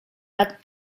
lat